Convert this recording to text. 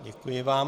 Děkuji vám.